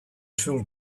tool